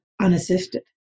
unassisted